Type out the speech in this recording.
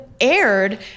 aired